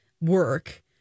work